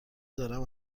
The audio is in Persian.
دارم